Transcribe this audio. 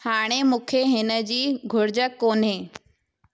हाणे मूंखे हिनजी घुरिजु कोन्हे